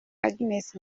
agnes